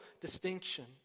distinction